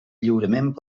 lliurement